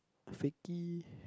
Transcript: Fakey